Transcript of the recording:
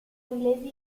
inglesi